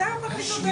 הרכוש שנקנה בתקופה של